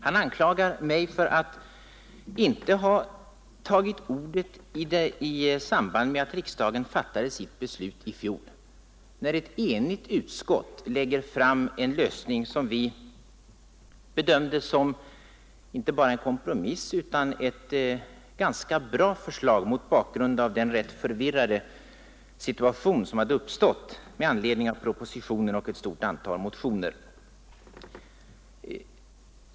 Han förebrår mig för att jag inte tog ordet i samband med att riksdagen fattade sitt beslut i fjol, när ett enigt utskott lagt fram förslag till en lösning som vi bedömde inte bara som en kompromiss utan t.o.m. som ett ganska bra förslag mot bakgrunden av den rätt förvirrade situation som hade uppstått med anledning av propositionen och ett stort antal motioner.